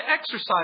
exercise